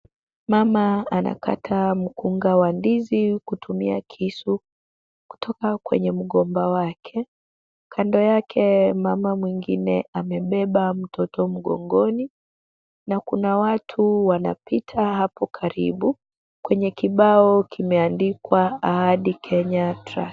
Mama, anakata mkunga wa ndizi kutumia kisu kutoka kwenye mgomba wake, kando yake mama mwingine amebeba mtoto mgongoni, na kuna watu wanapita hapo karibu, kwenye kibao kimeandikwa ahadi Kenya trust.